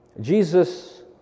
Jesus